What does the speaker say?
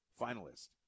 finalist